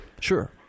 Sure